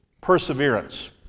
perseverance